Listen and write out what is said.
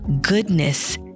goodness